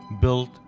built